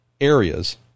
areas